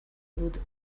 dut